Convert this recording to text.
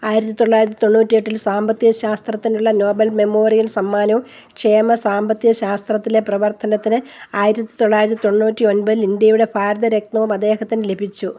ആയിരത്തി തൊള്ളായിരത്തി തൊണ്ണൂറ്റിയെട്ടിൽ സാമ്പത്തിക ശാസ്ത്രത്തിനുള്ള നോബൽ മെമ്മോറിയൽ സമ്മാനവും ക്ഷേമ സാമ്പത്തിക ശാസ്ത്രത്തിലെ പ്രവർത്തനത്തിന് ആയിരത്തി തൊള്ളായിരത്തി തൊണ്ണൂറ്റി ഒമ്പതിൽ ഇൻഡ്യയുടെ ഭാരതരത്നവും അദ്ദേഹത്തിനു ലഭിച്ചു